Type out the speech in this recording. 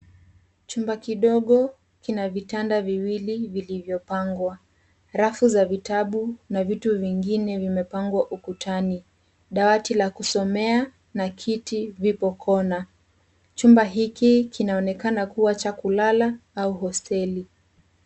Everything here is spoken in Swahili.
Chumba kidogo kina vitanda viwili vilivyopangwa. Rafu za vitabu na vitu vingine vimepangwa ukutani. Dawati la kusomea na kiti vipo kona. Chumba hiki kinaonekana kuwa cha kulala au hosteli.